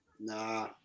Nah